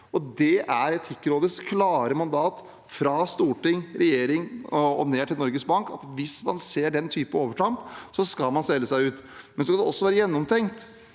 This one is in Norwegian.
Det er Etikkrådets klare mandat fra storting, regjering og ned til Norges Bank, at hvis man ser den typen overtramp, skal man selge seg ut. Samtidig skal det være gjennomtenkt,